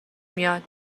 میاد